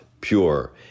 pure